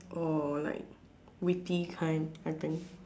or like witty kind I think